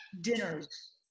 dinners